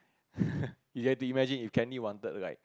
you had to imagine if Canny wanted to like